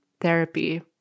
therapy